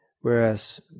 Whereas